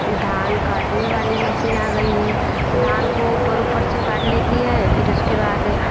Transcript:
धान काटने वाली मसीन आ गई है धान को ऊपर ऊपर से काट लेती है फिर उसके बाद